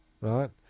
right